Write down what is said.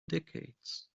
decades